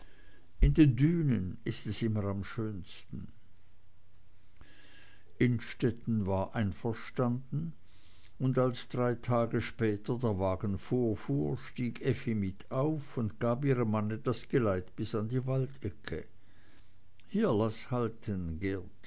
in den dünen ist es immer am schönsten innstetten war einverstanden und als drei tage später der wagen vorfuhr stieg effi mit auf und gab ihrem manne das geleit bis an die waldecke hier laß halten geert